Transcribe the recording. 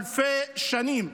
אלפי שנים.